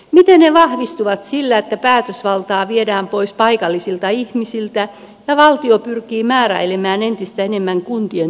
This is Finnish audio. miten ne vahvistuvat sillä että päätösvaltaa viedään pois paikallisilta ihmisiltä ja valtio pyrkii määräilemään entistä enemmän kuntien toimintoja